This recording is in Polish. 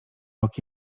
rok